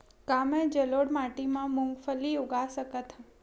का मैं जलोढ़ माटी म मूंगफली उगा सकत हंव?